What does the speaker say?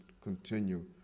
continue